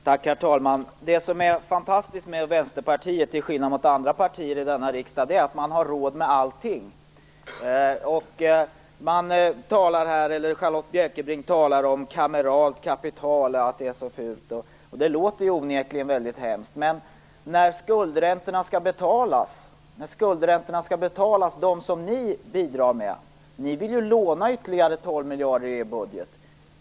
Herr talman! Det som är fantastiskt med Vänsterpartiet, till skillnad mot andra partier i riksdagen, är att man har råd med allting. Charlotta Bjälkebring talar om att det är så fult med kameralt kapital, och det låter onekligen hemskt, men de skuldräntor som ni bidrar med skall också betalas. Ni vill ju låna ytterligare 12 miljarder till budgeten.